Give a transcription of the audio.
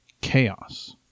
chaos